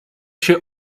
się